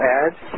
ads